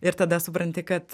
ir tada supranti kad